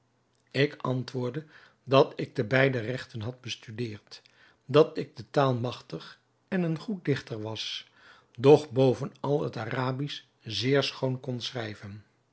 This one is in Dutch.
ik antwoordde dat ik de beide regten had bestudeerd dat ik de taal magtig en een goed dichter was doch bovenal het arabisch zeer schoon kon schrijven